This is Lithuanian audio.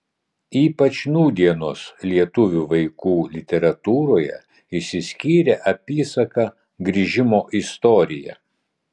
ypač nūdienos lietuvių vaikų literatūroje išsiskyrė apysaka grįžimo istorija